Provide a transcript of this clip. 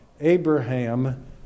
Abraham